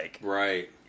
Right